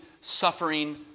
suffering